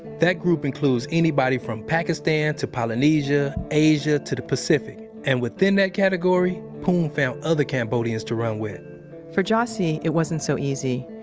that group includes anybody from pakistan to polynesia, asia to the pacific. and within that category phoeun um found other cambodians to run with for jassy it wasn't so easy.